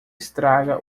estraga